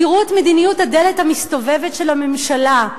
תראו את מדיניות הדלת המסתובבת של הממשלה: